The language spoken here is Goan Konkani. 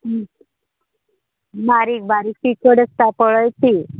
बारीक बारीक तीखट आसता पळय ती